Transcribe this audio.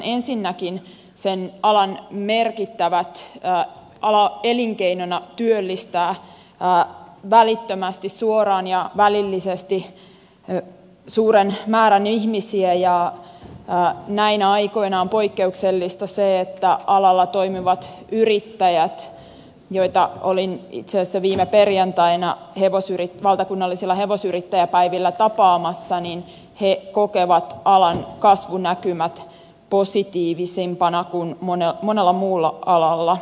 ensinnäkin ala elinkeinona työllistää välittömästi suoraan ja välillisesti suuren määrän ihmisiä ja näinä aikoina on poikkeuksellista se että alalla toimivat yrittäjät joita olin itse asiassa viime perjantaina valtakunnallisilla hevosyrittäjäpäivillä tapaamassa kokevat alan kasvunäkymät positiivisempana kuin monella muualla alalla